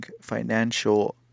financial